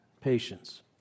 patience